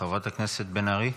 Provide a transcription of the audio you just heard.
חברת הכנסת בן ארי.